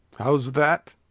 how's that?